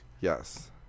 Yes